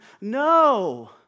No